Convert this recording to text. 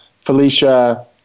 Felicia